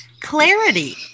clarity